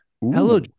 hello